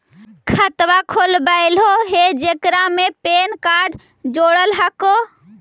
खातवा खोलवैलहो हे जेकरा मे पैन कार्ड जोड़ल हको?